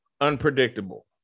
unpredictable